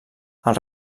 els